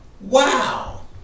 wow